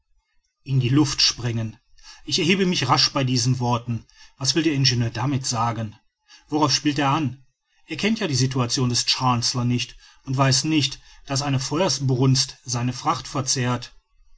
in die luft sprengen ich erhebe mich rasch bei diesen worten was will der ingenieur damit sagen worauf spielt er an er kennt ja die situation des chancellor nicht und weiß nicht daß eine feuersbrunst seine fracht verzehrt